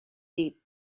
deep